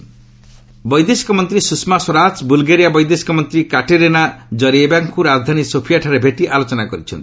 Bulgaria ସ୍ଥଷମା ବୈଦେଶିକ ମନ୍ତ୍ରୀ ସୁଷମା ସ୍ୱରାଜ ବୁଲ୍ଗେରିଆ ବୈଦେଶିକ ମନ୍ତ୍ରୀ କାଟେରିନା ଜରିଏବାଙ୍କୁ ରାଜଧାନୀ ସୋଫିଆଠାରେ ଭେଟି ଆଲୋଚନା କରିଛନ୍ତି